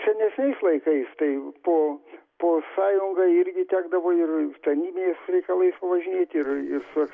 senesniais laikais tai po po sąjungą irgi tekdavo ir tarnybiniais reikalais važinėti ir ir su